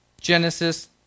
Genesis